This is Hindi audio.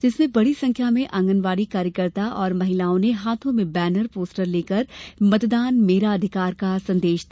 जिसमें बड़ी संख्या में आंगनवाड़ी कार्यकर्ता और महिलाओं ने हाथो में बैनर पोस्टर लेकर मतदान मेरा अधिकार का संदेश दिया